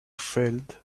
felt